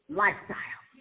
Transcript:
lifestyle